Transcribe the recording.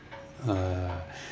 uh